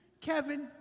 Kevin